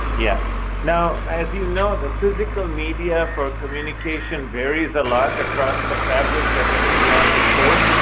yeah. now as you know, the physical media for communication varies a lot across the fabric that emiliano showed,